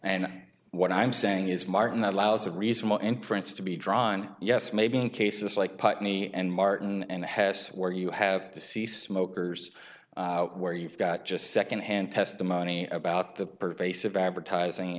and what i'm saying is martin allows a reasonable inference to be drawn yes maybe in cases like putney and martin and hess where you have to see smokers where you've got just secondhand testimony about the pervasive advertising